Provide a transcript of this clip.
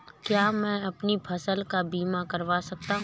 क्या मैं अपनी फसल का बीमा कर सकता हूँ?